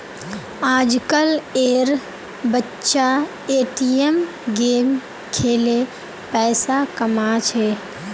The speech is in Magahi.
आजकल एर बच्चा ए.टी.एम गेम खेलें पैसा कमा छे